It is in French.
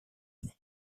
unis